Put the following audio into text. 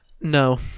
No